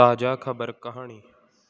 ਤਾਜ਼ਾ ਖਬਰ ਕਹਾਣੀ